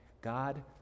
God